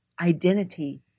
identity